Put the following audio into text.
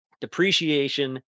depreciation